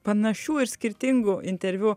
panašių ir skirtingų interviu